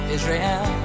Israel